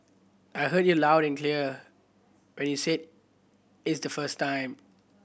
I heard you loud and clear when you said is the first time